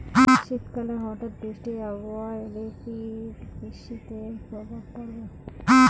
শীত কালে হঠাৎ বৃষ্টি আবহাওয়া এলে কি কৃষি তে প্রভাব পড়বে?